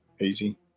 easy